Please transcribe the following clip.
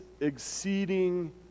exceeding